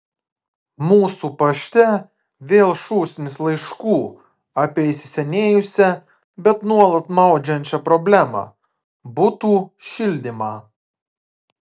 mūsų pašte vėl šūsnys laiškų apie įsisenėjusią bet nuolat maudžiančią problemą butų šildymą